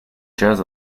jazz